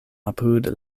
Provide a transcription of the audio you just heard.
apud